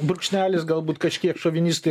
brūkšnelis galbūt kažkiek šovinistai